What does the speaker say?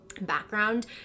background